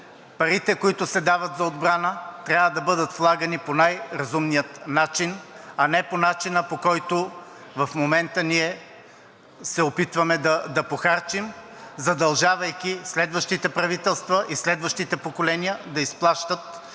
парите, които се дават за отбрана, трябва да бъдат влагани по най-разумния начин, а не по начина, по който в момента ние се опитваме да похарчим, задължавайки следващите правителства и следващите поколения да изплащат